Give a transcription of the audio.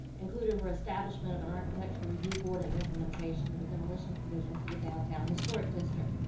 included were establishment of an architectural review bored and complement station of a demolition provision for the downtown historic district.